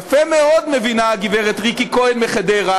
יפה מאוד מבינה הגברת ריקי כהן מחדרה,